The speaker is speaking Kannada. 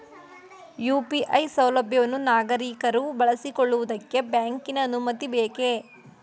ಯು.ಪಿ.ಐ ಸೌಲಭ್ಯವನ್ನು ನಾಗರಿಕರು ಬಳಸಿಕೊಳ್ಳುವುದಕ್ಕೆ ಬ್ಯಾಂಕಿನ ಅನುಮತಿ ಬೇಕೇ?